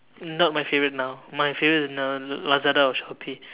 not my favorite now my favorite is now Lazada or Shopee